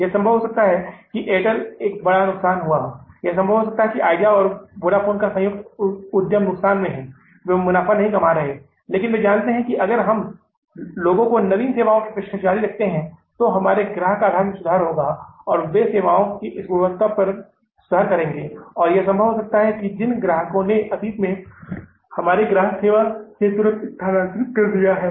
यह संभव हो सकता है कि एयरटेल एक बढ़ा नुकसान हुआ है यह संभव हो सकता है कि आइडिया और वोडाफोन का संयुक्त उद्यम नुकसान में है वे मुनाफा नहीं कमा सकते हैं लेकिन वे जान रहे हैं कि अगर हम लोगों को नवीन सेवाओं की पेशकश जारी रखते हैं हमारे ग्राहक आधार में सुधार होगा और वे सेवाओं की इस गुणवत्ता पर भी सुधार करेंगे और यह संभव हो सकता है कि जिन ग्राहकों ने अतीत में हमारे ग्राहक सेवा से तुरंत स्थानांतरित कर दिया है